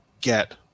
get